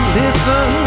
listen